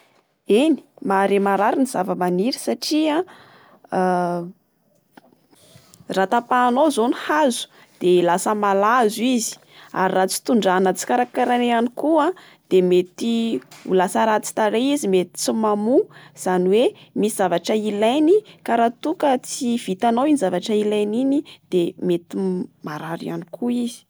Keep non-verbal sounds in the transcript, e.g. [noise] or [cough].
Eny, mahare marary ny zava-maniry satria [hesitation] raha tapahanao zao ny hazo de lasa malazo izy. Ary raha tsy tondrahana, tsy karakaraina ihany koa de mety ho lasa ratsy tarehy izy. Mety tsy mety mamoa izany hoe ie misy zavatra ilainy ka raha toa ka tsy vitanao iny zavatra ilainy iny, dia mety marary ihany koa izy.